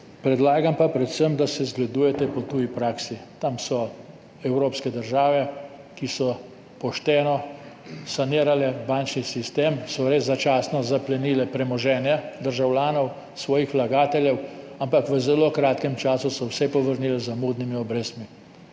Predlagam pa predvsem, da se zgledujete po tuji praksi. Tam so evropske države, ki so pošteno sanirale bančni sistem, res so začasno zaplenile premoženje državljanov, svojih vlagateljev, ampak v zelo kratkem času so vse povrnile z zamudnimi obrestmi.